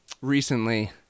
recently